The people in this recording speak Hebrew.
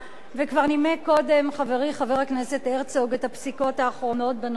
וכבר נימק קודם חברי חבר הכנסת הרצוג את הפסיקות האחרונות בנושא,